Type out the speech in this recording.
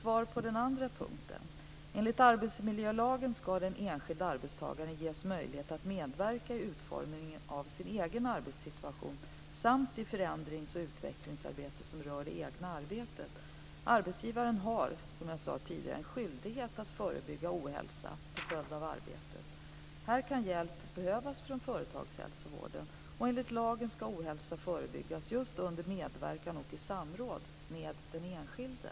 Svaret på den andra frågan: Enligt arbetsmiljölagen ska den enskilde arbetstagaren ges möjlighet att medverka i utformningen av sin egen arbetssituation samt i förändrings och utvecklingsarbete som rör det egna arbetet. Arbetsgivaren har, som jag tidigare sade, en skyldighet att förebygga ohälsa till följd av arbetet. Här kan hjälp behövas från företagshälsovården. Enligt lagen ska ohälsa förebyggas just under medverkan och i samråd med den enskilde.